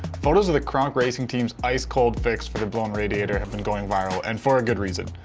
photos of the kronk racing team's ice-cold fix for the blown radiator have been going viral and for a good reason.